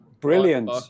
Brilliant